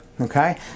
okay